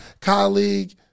colleague